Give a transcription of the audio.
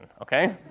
okay